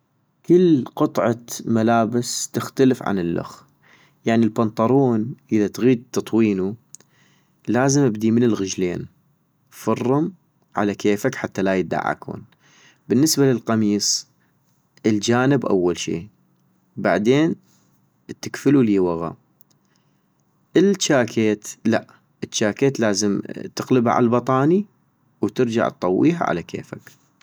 كل قطعة ملابس تختلف عن الخ، - يعني البنطرون اذا تغيد تطوينو لازم ابدي من الغجلين، فرم على كيفك حتى لا يدعكون،- بالنسبة للقميس الجانب اول شي بعدين تكفلو لي وغا، الجاكيت لأ، الجاكيت لازم تقلبا عالبطاني وترجع اطويها على كيفك